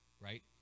right